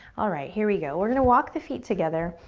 alright, here we go. we're gonna walk the feet together,